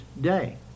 day